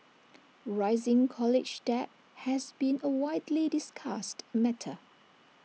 rising college debt has been A widely discussed matter